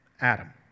Adam